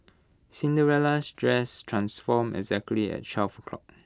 Cinderella's dress transformed exactly at twelve o'clock